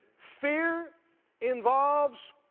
fear involves,